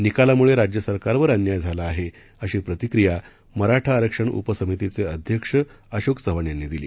निकालामुळे राज्य सरकारवर अन्याय झाला आहे अशी प्रतिक्रिया मराठा आरक्षण उपसमितीचे अध्यक्ष अशोक चव्हाण यांनी दिली